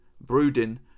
brooding